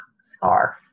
scarf